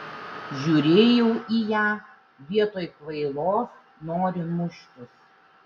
žiūrėjau į ją vietoj kvailos nori muštis